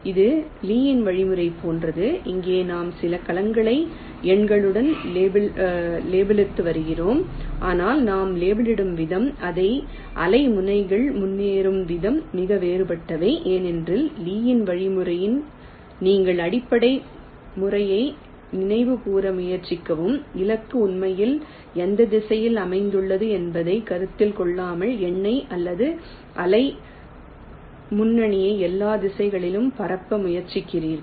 இது லீயின் வழிமுறையைப் போன்றது இங்கே நாம் சில கலங்களை எண்களுடன் லேபிளித்து வருகிறோம் ஆனால் நாம் லேபிளிடும் விதம் அலை முனைகள் முன்னேறும் விதம் மிகவும் வேறுபட்டவை ஏனெனில் லீயின் வழிமுறையில் நீங்கள் அடிப்படை முறையை நினைவுகூர முயற்சிக்கவும் இலக்கு உண்மையில் எந்த திசையில் அமைந்துள்ளது என்பதைக் கருத்தில் கொள்ளாமல் எண்ணை அல்லது அலை முன்னணியை எல்லா திசைகளிலும் பரப்ப முயற்சிக்கிறீர்கள்